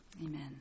Amen